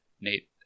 Nate